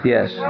Yes